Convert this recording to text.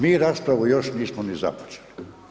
Mi raspravu još nismo ni započeli.